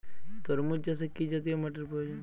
তরমুজ চাষে কি জাতীয় মাটির প্রয়োজন?